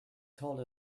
told